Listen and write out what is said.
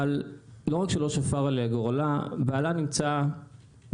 לא רק שלא שפר עליה גורלה, בעלה נמצא בכלא,